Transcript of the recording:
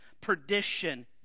perdition